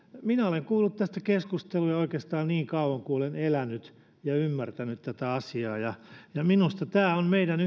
minä olen kuullut tästä keskusteluja oikeastaan niin kauan kuin olen elänyt ja ymmärtänyt tätä asiaa ja minusta tämä on meidän